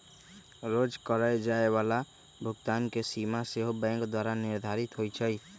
रोज करए जाय बला भुगतान के सीमा सेहो बैंके द्वारा निर्धारित होइ छइ